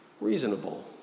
Reasonable